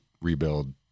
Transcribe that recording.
rebuild